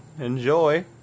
Enjoy